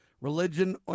Religion